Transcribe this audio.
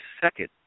second